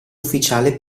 ufficiale